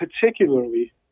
particularly